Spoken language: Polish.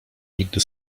nigdy